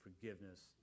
forgiveness